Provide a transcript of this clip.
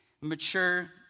mature